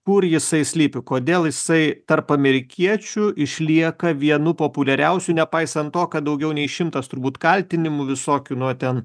kur jisai slypi kodėl jisai tarp amerikiečių išlieka vienu populiariausių nepaisant to kad daugiau nei šimtas turbūt kaltinimų visokių nuo ten